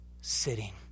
sitting